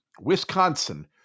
Wisconsin